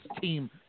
team